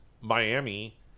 Miami